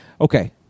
Okay